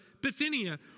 Bithynia